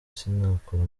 sinakora